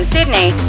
Sydney